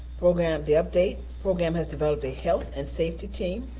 program, the update, program has developed a health and safety team,